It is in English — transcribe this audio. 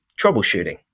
troubleshooting